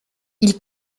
ils